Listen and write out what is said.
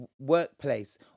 workplace